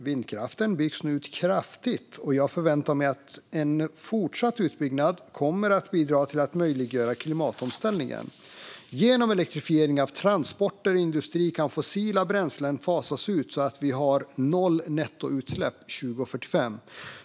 Vindkraften byggs nu ut kraftigt, och jag förväntar mig att en fortsatt utbyggnad kommer att bidra till att möjliggöra klimatomställningen. Genom elektrifieringen av transporter och industri kan fossila bränslen fasas ut så att vi har nettonollutsläpp 2045.